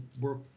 work